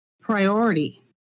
priority